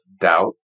doubt